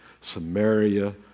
Samaria